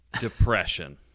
depression